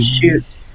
shoot